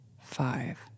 five